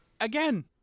again